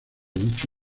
dicho